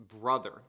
brother